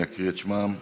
אני אקריא את שמם.